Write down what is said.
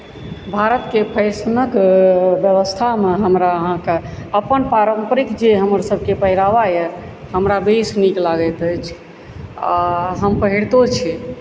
भारतके फैशनके व्यवस्थामे हमरा अहाँके अपन पारम्परिक जे हमरसभक पहिरावा अइ हमरा बेस नीक लागैत अछि आओर हम पहिरतहुँ छी